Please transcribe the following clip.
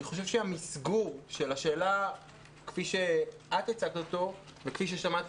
אני חושב שהמסגור של השאלה כפי שהצגת אותו וכפי ששמעתי